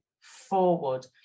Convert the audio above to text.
forward